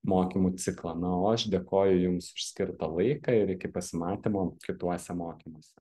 mokymų ciklą na o aš dėkoju jums už skirtą laiką ir iki pasimatymo kituose mokymuose